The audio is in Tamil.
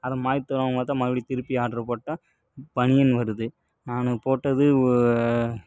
அத மாற்றணும் பார்த்தா மறுபடி திருப்பி ஆர்டர் போட்டால் பனியன் வருது நான் போட்டது